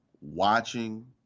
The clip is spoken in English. watching